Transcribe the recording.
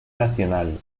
nacional